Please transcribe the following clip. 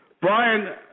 Brian